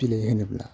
बिलाइ होनोब्ला